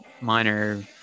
minor